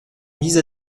mise